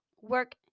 work